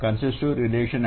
కనసిశివ్ relation while